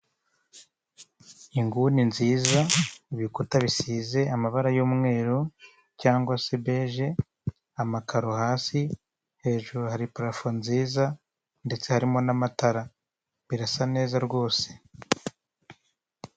Inguni nziza, ibikuta bisize amabara y'umweru cyangwa se beje amakaro hasi hejuru hari pulafo nziza ndetse harimo n'amatara birasa neza rwose.